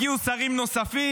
הגיעו שרים נוספים,